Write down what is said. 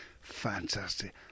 Fantastic